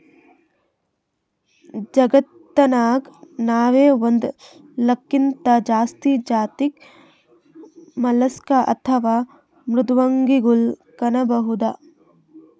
ಜಗತ್ತನಾಗ್ ನಾವ್ ಒಂದ್ ಲಾಕ್ಗಿಂತಾ ಜಾಸ್ತಿ ಜಾತಿದ್ ಮಲಸ್ಕ್ ಅಥವಾ ಮೃದ್ವಂಗಿಗೊಳ್ ಕಾಣಬಹುದ್